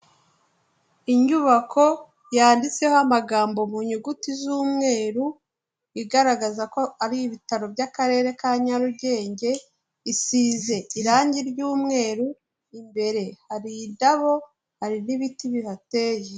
inyubako yanditseho amagambo mu nyuguti z'umweru igaragaza ko ari ibitaro by'akarere ka Nyarugenge, isize irangi ry'umweru, imbere hari indabo, hari n'ibiti bihateye.